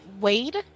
Wade